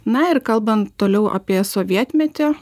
na ir kalbant toliau apie sovietmetį